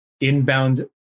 inbound